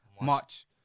March